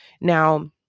Now